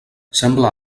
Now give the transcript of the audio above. sembla